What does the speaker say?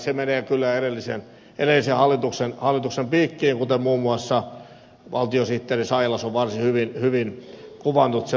se menee kyllä edellisen hallituksen piikkiin kuten muun muassa valtiosihteeri sailas on varsin hyvin kuvannut sitä prosessia